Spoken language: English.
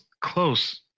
close